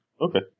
Okay